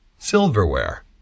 silverware